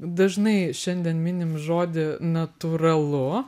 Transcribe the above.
dažnai šiandien minim žodį natūralu